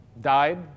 died